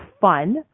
fun